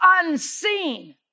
unseen